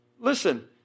Listen